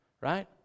right